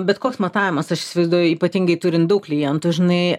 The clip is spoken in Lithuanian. bet koks matavimas aš įsivaizduoju ypatingai turint daug klientų žinai